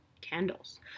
candles